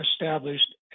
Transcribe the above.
established